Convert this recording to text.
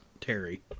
Terry